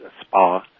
spa